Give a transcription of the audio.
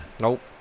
Nope